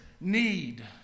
need